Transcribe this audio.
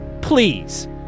please